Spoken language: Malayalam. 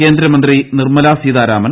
കേന്ദ്രമന്ത്രി നിർമല സീതാരാമൻ